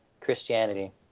Christianity